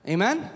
Amen